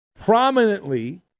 prominently